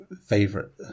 favorite